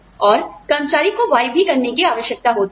और कर्मचारी को Y भी करने की आवश्यकता होती है